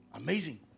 Amazing